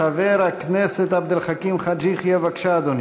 חבר הכנסת עבד אל חכים חאג' יחיא, בבקשה, אדוני.